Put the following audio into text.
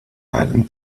einem